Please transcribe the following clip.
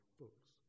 books